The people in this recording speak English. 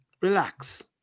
Relax